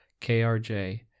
KRJ